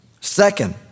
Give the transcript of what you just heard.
Second